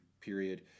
period